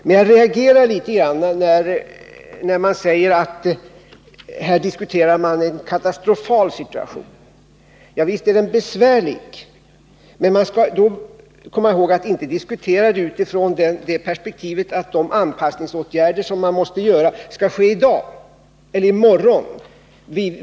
Men jag reagerar litet grand när man säger att här diskuteras en katastrofal situation. Visst är situationen besvärlig, men man bör komma ihåg att den inte skall diskuteras utifrån perspektivet att de anpassningsåtgärder som måste vidtas skall genomföras i dag eller i morgon.